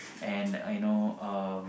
and I know um